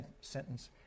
sentence